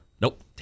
Nope